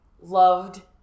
loved